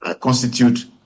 constitute